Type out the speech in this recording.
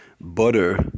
butter